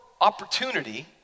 opportunity